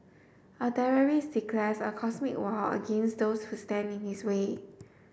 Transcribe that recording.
a terrorist declares a cosmic war against those who stand in his way